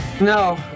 No